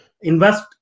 invest